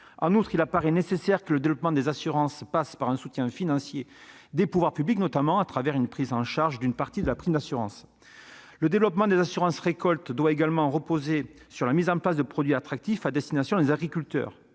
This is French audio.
En outre, il apparaît nécessaire que le développement des assurances passe par un soutien financier des pouvoirs publics, notamment à travers une prise en charge d'une partie de la prime d'assurance. Le développement des assurances récolte doit également reposer sur la mise en place de produits attractifs à destination des agriculteurs.